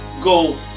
go